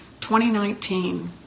2019